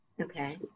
Okay